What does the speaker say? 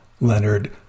Leonard